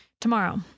tomorrow